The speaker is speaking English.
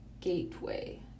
gateway